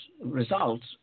results